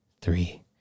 Three